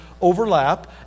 overlap